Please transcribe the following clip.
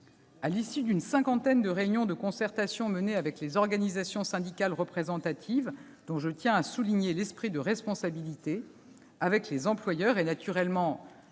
À l'issue d'une cinquantaine de réunions de concertation menées avec les organisations syndicales représentatives, dont je tiens à souligner l'esprit de responsabilité, les employeurs et, naturellement,